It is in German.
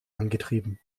angetrieben